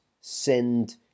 send